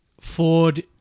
Ford